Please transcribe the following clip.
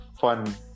fun